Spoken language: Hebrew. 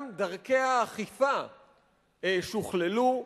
גם דרכי האכיפה שוכללו,